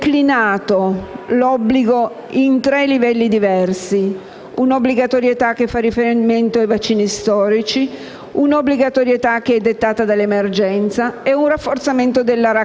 Sul rafforzamento della raccomandazione voglio rassicurare il senatore Aiello che, nel suo intervento, ci ha richiamati a non sottovalutare